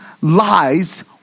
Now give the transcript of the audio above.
lies